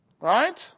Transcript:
Right